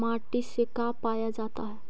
माटी से का पाया जाता है?